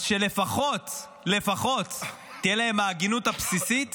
אז שלפחות תהיה להם ההגינות הבסיסית